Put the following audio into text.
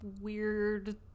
weird